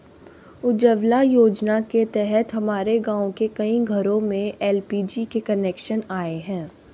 उज्ज्वला योजना के तहत हमारे गाँव के कई घरों में एल.पी.जी के कनेक्शन आए हैं